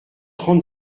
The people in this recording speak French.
trente